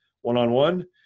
one-on-one